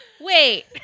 Wait